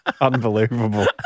Unbelievable